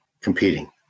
competing